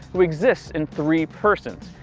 who exists in three persons.